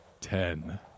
ten